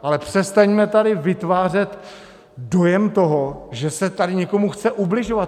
Ale přestaňme tady vytvářet dojem toho, že se tady někomu chce ubližovat.